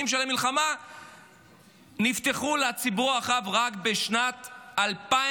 של המלחמה נפתחו לציבור הרחב רק בשנת 2013,